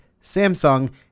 Samsung